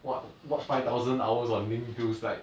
what what five thousand hours on link feels like